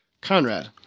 Conrad